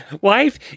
Wife